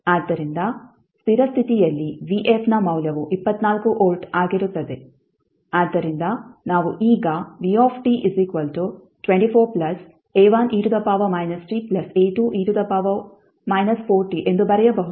ಆದ್ದರಿಂದ ಸ್ಥಿರ ಸ್ಥಿತಿಯಲ್ಲಿ ನ ಮೌಲ್ಯವು 24 ವೋಲ್ಟ್ ಆಗಿರುತ್ತದೆ ಆದ್ದರಿಂದ ನಾವು ಈಗ ಎಂದು ಬರೆಯಬಹುದು